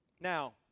Now